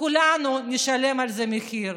וכולנו נשלם על זה מחיר.